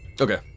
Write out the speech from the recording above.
Okay